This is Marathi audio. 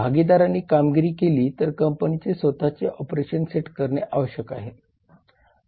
भागीदारांनी कामगिरी केली तर कंपनीने स्वतःचे ऑपरेशन सेट करणे आवश्यक आहे